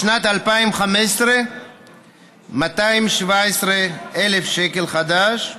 בשנת 2015 נתמך הפסטיבל ב־217,056 שקל חדש,